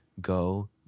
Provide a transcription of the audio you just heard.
go